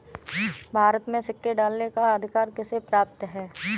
भारत में सिक्के ढालने का अधिकार किसे प्राप्त है?